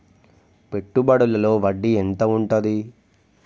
పెట్టుబడుల లో వడ్డీ ఎంత ఉంటది?